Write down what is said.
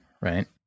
right